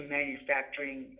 manufacturing